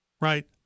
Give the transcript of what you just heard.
right